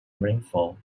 rainfall